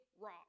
rock